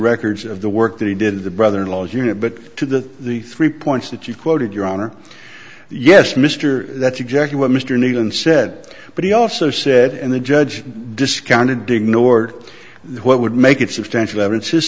records of the work that he did the brother in law's unit but to the the three points that you quoted your honor yes mr that's exactly what mr newton said but he also said and the judge discounted dig nort what would make it substantial evidence